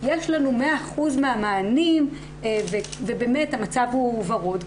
יש לנו מאה אחוז מהמענים, ובאמת, המצב הוא ורוד.